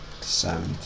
sound